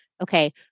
okay